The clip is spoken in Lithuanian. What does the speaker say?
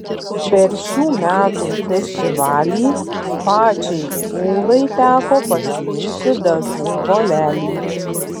per šių metų festivalį pačiai ūlai teko pasiimti dažų volelį